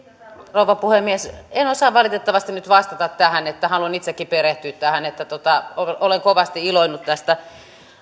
rouva puhemies en osaa valitettavasti nyt vastata tähän haluan itsekin perehtyä tähän olen kovasti iloinnut tästä asiasta